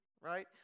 right